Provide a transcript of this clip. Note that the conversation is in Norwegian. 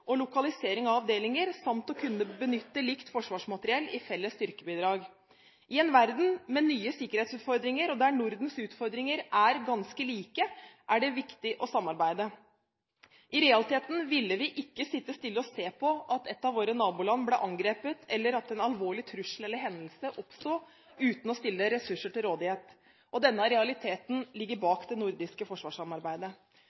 og lokalisering av avdelinger samt å kunne benytte likt forsvarsmateriell i felles styrkebidrag. I en verden med nye sikkerhetsutfordringer og der Nordens utfordringer er ganske like, er det viktig å samarbeide. I realiteten ville vi ikke sitte stille og se på at et av våre naboland ble angrepet, eller at en alvorlig trussel eller hendelse oppsto uten å stille ressurser til rådighet. Denne realiteten ligger